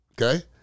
okay